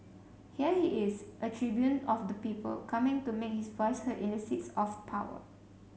here he is a tribune of the people coming to make his voice heard in the seats of power